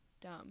dumb